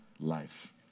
life